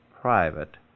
private